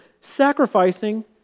Sacrificing